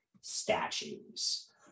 statues